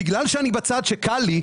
בגלל שאני בצד שקל לי,